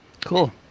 cool